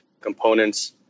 components